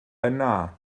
yna